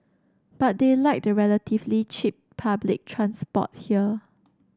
but they like the relatively cheap public transport here